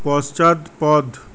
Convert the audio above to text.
পশ্চাৎপদ